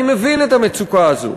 אני מבין את המצוקה הזו.